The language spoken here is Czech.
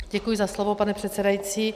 Děkuji za slovo, pane předsedající.